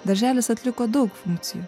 darželis atliko daug funkcijų